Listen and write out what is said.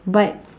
but